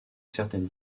certaine